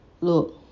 Look